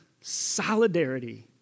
solidarity